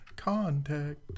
Contact